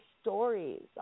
stories